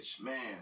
Man